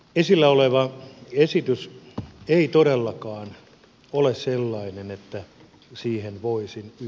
esillä oleva esitys ei todellakaan ole sellainen että siihen voisin yhtyä